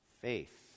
faith